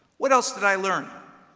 what else did i learn?